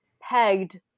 pegged